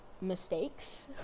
mistakes